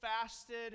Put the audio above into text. fasted